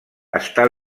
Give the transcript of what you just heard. està